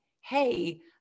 hey